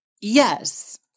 Yes